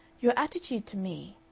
your attitude to me